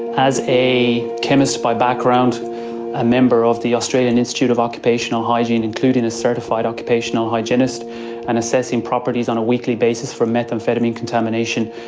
as a chemist by background and a member of the australian institute of occupational hygiene including a certified occupational hygienist and assessing properties on a weekly basis for methamphetamine contamination,